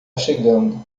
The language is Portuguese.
chegando